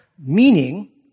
Meaning